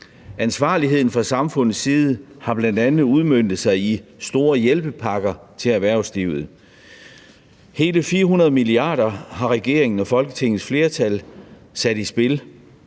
Ansvarligheden fra samfundets side har bl.a. udmøntet sig i store hjælpepakker til erhvervslivet. Hele 400 mia. kr. har regeringen og Folketingets flertal sat i spil.